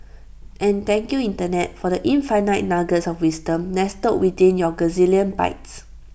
and thank you Internet for the infinite nuggets of wisdom nestled within your gazillion bytes